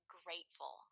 grateful